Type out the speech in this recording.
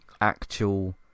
actual